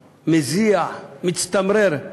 מזיע, מצטמרר.